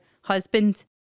husband